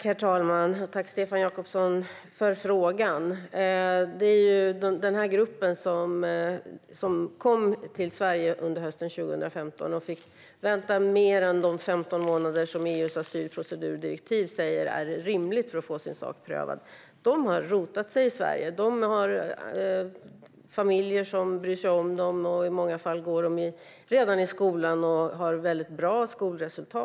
Herr talman! Jag tackar Stefan Jakobsson för frågan. Den här gruppen, som kom till Sverige under hösten 2015 och fick vänta längre på att få sin sak prövad än de 15 månader som EU:s asylprocedurdirektiv säger är rimligt, har rotat sig i Sverige. De har familjer som bryr sig om dem. I många fall går de redan i skolan och har väldigt bra skolresultat.